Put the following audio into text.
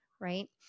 right